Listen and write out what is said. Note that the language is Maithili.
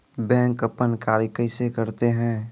बैंक अपन कार्य कैसे करते है?